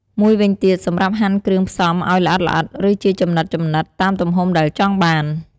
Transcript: មួយវិញទៀត សម្រាប់ហាន់គ្រឿងផ្សំឲ្យល្អិតៗ ឬជាចំណិតៗ តាមទំហំដែលចង់បាន។